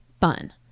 fun